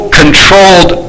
controlled